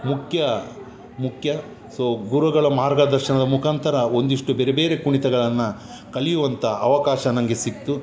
ಮುಖ್ಯ ಮುಖ್ಯ ಸೊ ಗುರುಗಳ ಮಾರ್ಗದರ್ಶನದ ಮುಖಾಂತರ ಒಂದಿಷ್ಟು ಬೇರೆ ಬೇರೆ ಕುಣಿತಗಳನ್ನು ಕಲಿಯುವಂತ ಅವಕಾಶ ನನ್ಗೆ ಸಿಕ್ತು